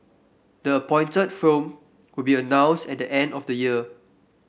the appointed firm will be announced at the end of the year